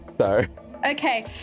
Okay